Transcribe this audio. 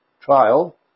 trial